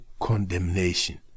condemnation